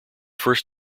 first